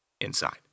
Inside